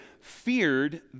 feared